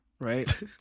right